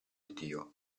dio